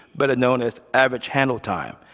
but known as average handle time,